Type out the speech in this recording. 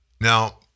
Now